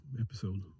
episode